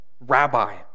Rabbi